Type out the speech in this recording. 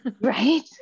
right